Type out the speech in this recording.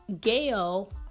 Gail